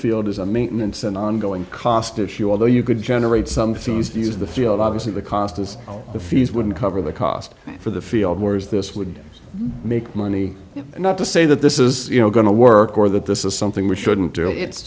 field is a maintenance and ongoing cost issue although you could generate some susie's of the field obviously the cost of all the fees wouldn't cover the cost for the field where is this would make money not to say that this is going to work or that this is something we shouldn't do it's